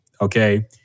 okay